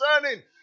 concerning